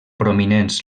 prominents